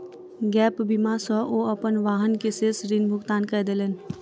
gap बीमा सॅ ओ अपन वाहन के शेष ऋण भुगतान कय देलैन